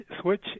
switch